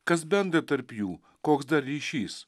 kas bendra tarp jų koks dar ryšys